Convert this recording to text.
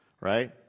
right